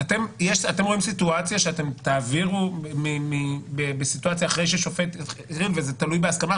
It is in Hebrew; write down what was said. אתם רואים סיטואציה שאתם תעבירו אחרי ששופט התחיל וזה תלוי בהסכמה?